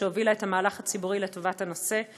שהובילה את המהלך הציבורי לטובת הנושא.